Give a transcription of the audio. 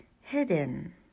hidden